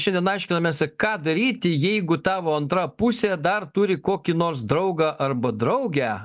šiandien aiškinamės ką daryti jeigu tavo antra pusė dar turi kokį nors draugą arba draugę